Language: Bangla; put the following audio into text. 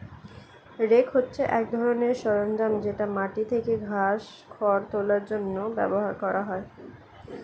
রেক হচ্ছে এক ধরনের সরঞ্জাম যেটা মাটি থেকে ঘাস, খড় তোলার জন্য ব্যবহার করা হয়